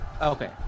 Okay